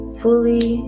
fully